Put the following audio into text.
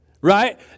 Right